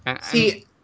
See